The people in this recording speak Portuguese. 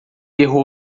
erro